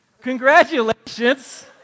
congratulations